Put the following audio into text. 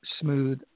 smooth